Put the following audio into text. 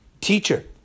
teacher